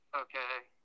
okay